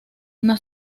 una